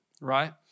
right